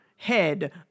head